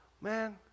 man